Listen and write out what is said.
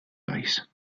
país